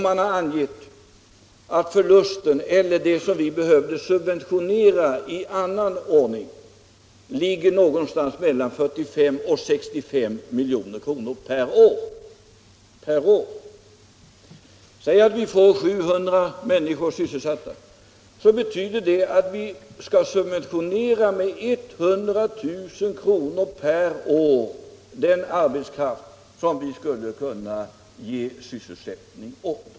Man har angivit att förlusten eller det som vi behöver subventionera i annan ordning ligger någonstans mellan 45 och 65 milj.kr. per år. Om vi får 700 människor sysselsatta, betyder det att vi skall subventionera med ca 100 000 kr. per år och anställd. Herr talman!